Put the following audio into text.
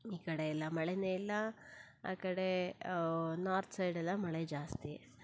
ಈ ಕಡೆ ಎಲ್ಲ ಮಳೆಯೇ ಇಲ್ಲ ಆ ಕಡೆ ನಾರ್ತ್ ಸೈಡೆಲ್ಲ ಮಳೆ ಜಾಸ್ತಿ